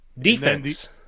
Defense